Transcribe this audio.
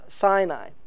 Sinai